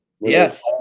yes